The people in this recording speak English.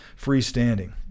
freestanding